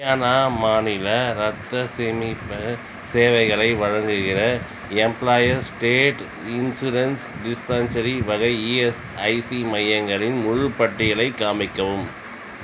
ஹரியானா மாநிலத்தில் இரத்தச் சேமிப்பக சேவைகளை வழங்குகிற எம்ப்ளாயீஸ் ஸ்டேட் இன்சூரன்ஸ் டிஸ்பென்சரி வகை இஎஸ்ஐசி மையங்களின் முழுப் பட்டியலையும் காமிக்கவும்